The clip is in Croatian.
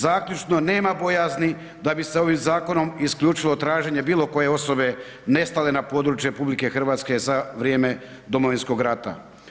Zaključno nema bojazni da bi se ovim zakonom isključilo traženje bilo koje osobe nestale na području RH za vrijeme Domovinskog rata.